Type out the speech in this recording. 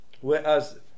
Whereas